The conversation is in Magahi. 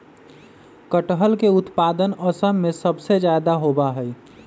कटहल के उत्पादन असम में सबसे ज्यादा होबा हई